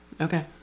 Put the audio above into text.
Okay